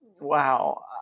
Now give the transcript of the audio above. wow